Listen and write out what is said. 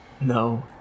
No